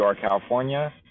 California